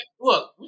look